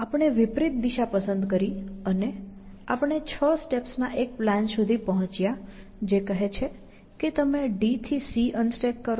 આપણે વિપરીત દિશા પસંદ કરી અને આપણે 6 સ્ટેપ્સ ના એક પ્લાન સુધી પહોંચ્યા જે કહે છે કે તમે D થી C અનસ્ટેક કરો